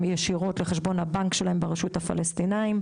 ישירות לחשבון הבנק שלהם ברשות הפלשתינאית.